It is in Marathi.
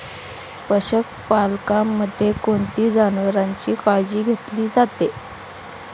पशुपालनामध्ये कोणत्या जनावरांची काळजी घेतली जाते?